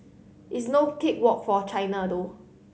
it's no cake walk for China though